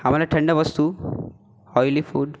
आम्हाला थंड वस्तू ऑईली फूड